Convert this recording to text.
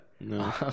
No